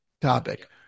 topic